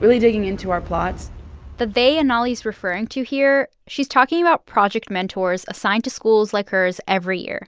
really digging into our plots the they anali's referring to here, she's talking about project mentors assigned to schools like hers every year.